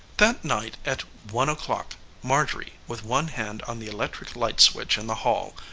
that night at one o'clock marjorie, with one hand on the electric-light switch in the hall,